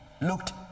Looked